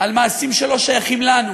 למעשים שלא שייכים לנו,